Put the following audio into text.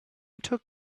took